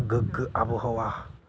गोगो आबहावा